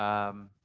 i